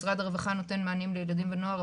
משרד הרווחה נותן מענים לילדים ונוער,